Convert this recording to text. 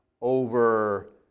over